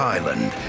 Island